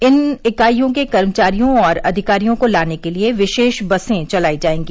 इन इकाइयों के कर्मचारियों और अधिकारियों को लाने के लिए विशेष बसें चलाई जाएगी